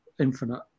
infinite